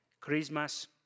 christmas